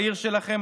בעיר שלכם,